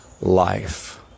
life